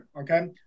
okay